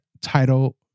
title